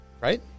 Right